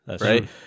right